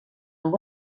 amb